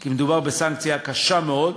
כי מדובר בסנקציה קשה מאוד.